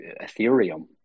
Ethereum